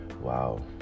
Wow